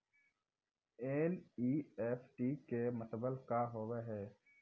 NEFT के मतलब का होव हेय?